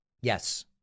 Yes